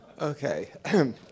Okay